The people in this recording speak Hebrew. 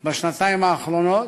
בשנתיים האחרונות,